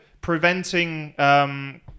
preventing